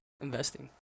investing